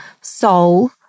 soul